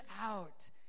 out